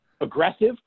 aggressive